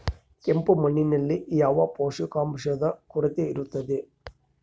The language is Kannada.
ಕೆಂಪು ಮಣ್ಣಿನಲ್ಲಿ ಯಾವ ಪೋಷಕಾಂಶದ ಕೊರತೆ ಇರುತ್ತದೆ?